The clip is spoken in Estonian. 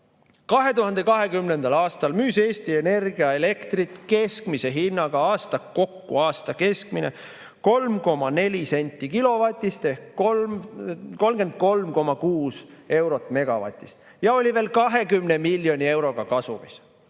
2020. aastal müüs Eesti Energia elektrit keskmise hinnaga – kokku aasta keskmine – 3,4 senti kilovati eest ehk 33,6 eurot megavati eest ja oli veel 20 miljoni euroga kasumis.